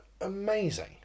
amazing